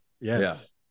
yes